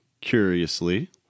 curiously